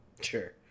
Sure